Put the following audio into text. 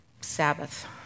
Sabbath